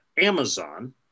Amazon